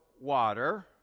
water